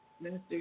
Minister